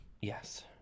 Yes